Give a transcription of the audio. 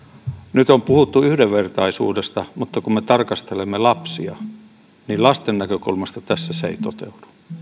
nyt on puhuttu yhdenvertaisuudesta mutta kun me tarkastelemme lapsia niin lasten näkökulmasta tässä se ei toteudu